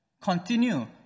continue